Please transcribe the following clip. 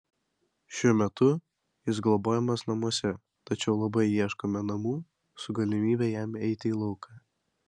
šiuo metu jis globojamas namuose tačiau labai ieškome namų su galimybe jam eiti į lauką